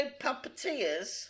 puppeteers